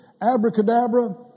abracadabra